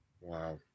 Wow